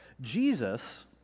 Jesus